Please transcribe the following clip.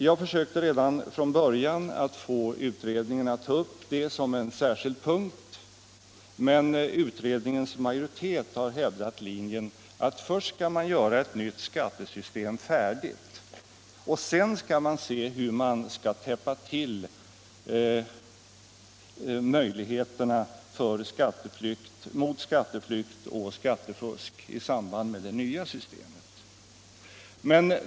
Jag försökte redan från början att få utredningen att ta upp denna fråga såsom en särskild punkt, men utredningens majoritet har hävdat att man först skall göra ett nytt skattesystem färdigt och sedan se hur man skall täppa till möjligheterna till skatteflykt och skattefusk i samband med det nya systemet.